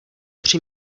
tři